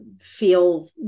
feel